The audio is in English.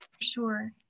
sure